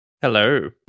Hello